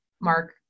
Mark